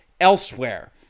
elsewhere